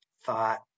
Thought